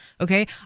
Okay